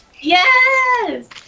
yes